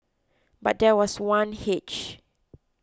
but there was one hitch